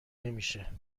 نمیشه